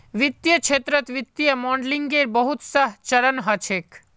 वित्तीय क्षेत्रत वित्तीय मॉडलिंगेर बहुत स चरण ह छेक